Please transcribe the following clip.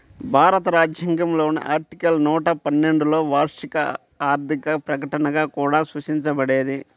భారత రాజ్యాంగంలోని ఆర్టికల్ నూట పన్నెండులోవార్షిక ఆర్థిక ప్రకటనగా కూడా సూచించబడేది